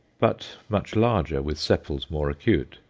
but much larger, with sepals more acute.